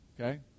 okay